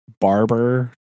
barber